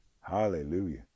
Hallelujah